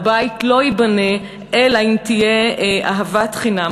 הבית לא ייבנה אלא אם כן תהיה אהבת חינם.